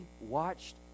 watched